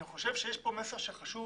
יש פה מסר שחשוב